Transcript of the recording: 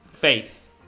faith